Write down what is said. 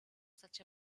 such